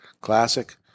Classic